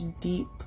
deep